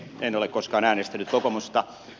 en ole koskaan äänestänyt kokoomusta